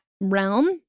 realm